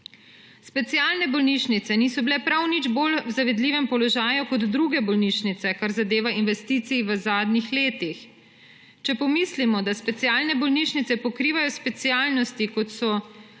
Specialne bolnišnice niso bile prav nič bolj v zavidljivem položaju kot druge bolnišnice, kar zadeva investicij v zadnjih letih. Če pomislimo, da specialne bolnišnice pokrivajo specialnosti, kot so